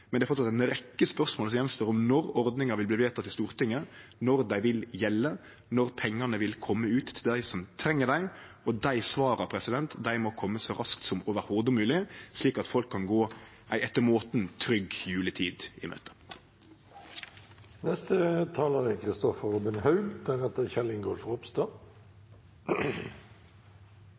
men det er framleis ei rekkje spørsmål som står att, om når ordningane vil verte vedtekne i Stortinget, når dei vil gjelde, og når pengane vil kome ut til dei som treng dei. Dei svara må kome så raskt som mogleg, slik at folk kan gå ei etter måten trygg juletid i